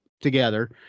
together